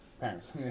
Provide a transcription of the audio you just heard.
parents